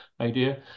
idea